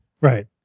right